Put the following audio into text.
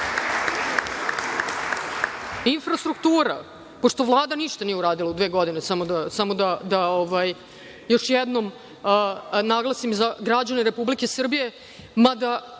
godine. Infrastruktura, pošto Vlada ništa nije uradila u dve godine, samo da još jednom naglasim za građane Republike Srbije, mada